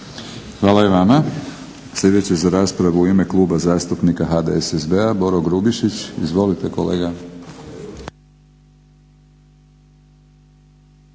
Hvala i vama. Sljedeći je za raspravu u ime Kluba zastupnika HDSSB-a Boro Grubišić. Izvolite kolega.